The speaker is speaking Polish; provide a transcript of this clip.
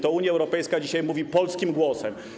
To Unia Europejska dzisiaj mówi polskim głosem.